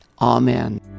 amen